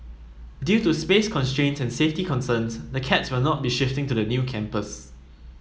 due to space constraints and safety concerns the cats will not be shifting to the new campus